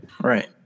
right